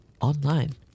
online